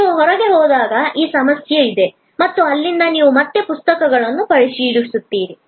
ನೀವು ಹೊರಗೆ ಹೋದಾಗ ಈ ಸಮಸ್ಯೆ ಇದೆ ಮತ್ತು ಅಲ್ಲಿಂದ ನೀವು ಮತ್ತೆ ಪುಸ್ತಕಗಳನ್ನು ಪರಿಶೀಲಿಸುತ್ತೀರಿ